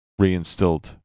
reinstilled